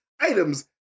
items